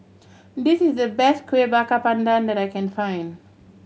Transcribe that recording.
this is the best Kuih Bakar Pandan that I can find